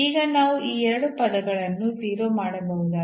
ಅದಕ್ಕಾಗಿ ನಾವು ಈಗ ಎರಡನೇ ದರ್ಜೆಯ ನಿಷ್ಪನ್ನಗಳನ್ನು ಲೆಕ್ಕಾಚಾರ ಮಾಡಬೇಕಾಗಿದೆ